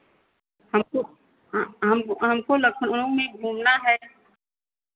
हमको हमको हमको लखनऊ में घूमना है